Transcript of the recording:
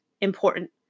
important